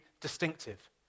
distinctive